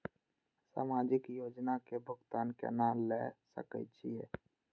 समाजिक योजना के भुगतान केना ल सके छिऐ?